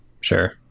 sure